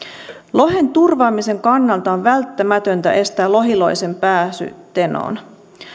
lohen turvaamisen kannalta on välttämätöntä estää lohiloisen pääsy tenoon